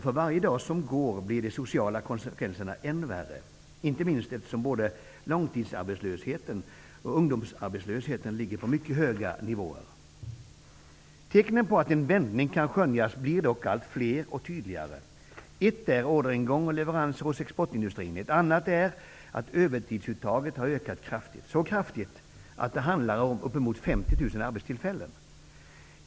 För varje dag som går blir de sociala konsekvenserna än värre, inte minst på grund av att både långtidsarbetslösheten och ungdomsarbetslösheten ligger på mycket höga nivåer. Tecknen på att en vändning kan skönjas blir dock allt fler och tydligare. Ett är orderingång och leveranser hos exportindustrin. Ett annat är att övertidsuttaget har ökat kraftigt, så kraftigt att det handlar om uppemot 50 000 arbetstillfällen.